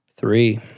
Three